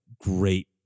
great